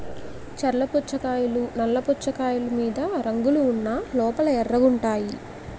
చర్ల పుచ్చకాయలు నల్ల పుచ్చకాయలు మీద రంగులు ఉన్న లోపల ఎర్రగుంటాయి